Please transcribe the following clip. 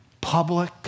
Public